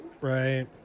Right